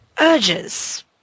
urges